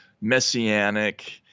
messianic